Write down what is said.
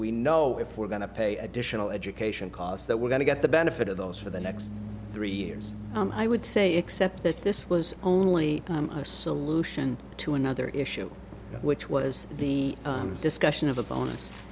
we know if we're going to pay additional education costs that we're going to get the benefit of those for the next three years i would say except that this was only a solution to another issue which was the discussion of a bonus